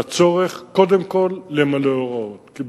לצורך למלא הוראות, קודם כול.